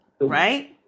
Right